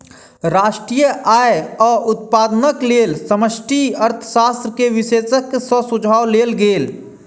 राष्ट्रीय आय आ उत्पादनक लेल समष्टि अर्थशास्त्र के विशेषज्ञ सॅ सुझाव लेल गेल